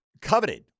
coveted